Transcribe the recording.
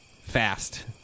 fast